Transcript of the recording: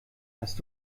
hast